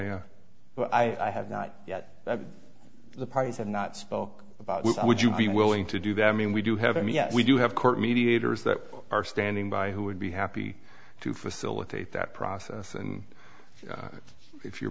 yeah but i have not yet that the parties have not spoke about what would you be willing to do that i mean we do have i mean we do have court mediators that are standing by who would be happy to facilitate that process and if you're